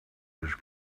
his